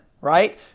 right